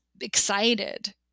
excited